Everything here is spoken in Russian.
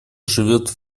живет